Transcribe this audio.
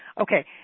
Okay